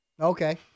Okay